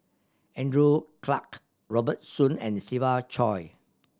Andrew Clarke Robert Soon and Siva Choy